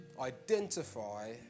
identify